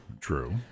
true